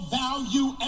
value